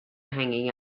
hanging